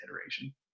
iteration